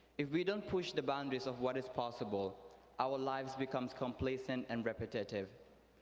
if we don't push the boundaries of what's possible our lives become complacent and repetitive.